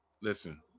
listen